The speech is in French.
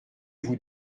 vous